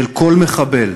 של כל מחבל,